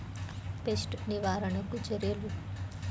Pest నివారణకు చర్యలు?